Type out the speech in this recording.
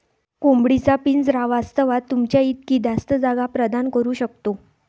कोंबडी चा पिंजरा वास्तवात, तुमच्या इतकी जास्त जागा प्रदान करू शकतो